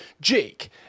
Jake